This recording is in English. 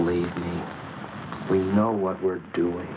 believe we know what we're doing